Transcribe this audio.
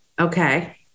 Okay